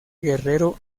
guerrero